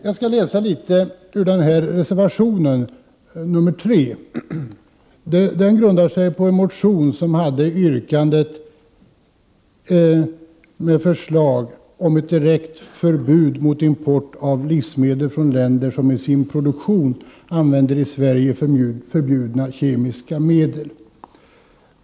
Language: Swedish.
Jag skall läsa litet ur reservation 3, som grundar sig på en motion där det yrkades på förslag om ett direkt förbud mot import av livsmedel från länder som i sin produktion använder i Sverige förbjudna kemiska medel.